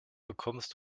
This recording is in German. bekommst